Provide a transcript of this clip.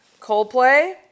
Coldplay